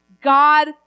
God